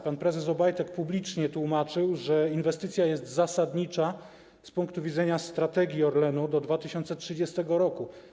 Pan prezes Obajtek publicznie tłumaczył, że inwestycja jest zasadnicza z punktu widzenia strategii Orlenu do 2030 r.